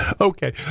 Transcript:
Okay